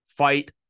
fight